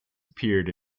appeared